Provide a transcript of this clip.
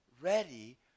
ready